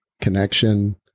connection